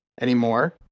anymore